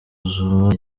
zuma